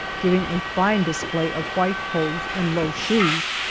giving a fine display of white hose and low shoes.